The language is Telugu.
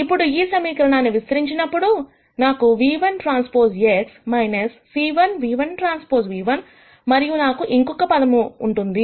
ఇప్పుడు ఈ సమీకరణాన్ని విస్తరించినప్పుడు నాకు ν1TX c 1 ν1T ν1 మరియు నాకు ఇంకొక పదము కూడా ఉంటుంది